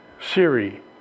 Siri